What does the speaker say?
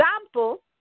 example